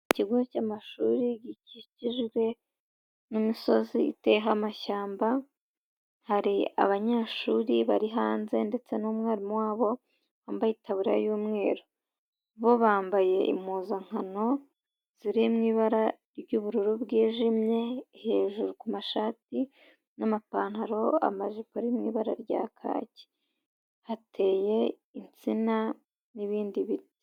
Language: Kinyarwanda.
Ikigo cy'amashuri gikikijwe n'imisozi iteyeho amashyamba, hari abanyeshuri bari hanze ndetse n'umwarimu wabo wambaye itaburiya y'umweru, bo bambaye impuzankano ziri mu ibara ry'ubururu bwijimye hejuru ku mashati n'amapantaro, amajipo ari mu ibara rya kaki, hateye insina n'ibindi biti.